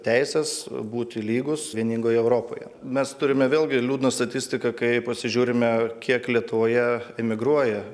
teises būti lygūs vieningoje europoje mes turime vėlgi liūdną statistiką kai pasižiūrime kiek lietuvoje emigruoja